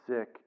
sick